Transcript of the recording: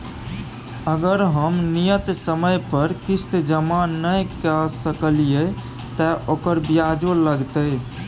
अगर हम नियत समय पर किस्त जमा नय के सकलिए त ओकर ब्याजो लगतै?